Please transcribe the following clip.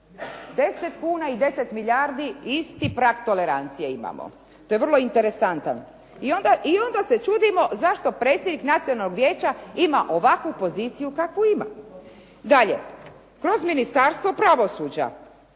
10 kuna i 10 milijardi isti prag tolerancije imamo. To je vrlo interesantno. I onda se čudimo zašto predsjednik Nacionalnog vijeća ima ovakvu poziciju kakvu ima. Dalje, kroz Ministarstvo pravosuđa